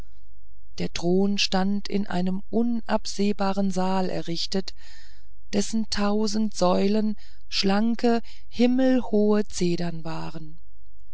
der thron stand in einem unabsehbaren saal errichtet dessen tausend säulen schlanke himmelhohe zedern waren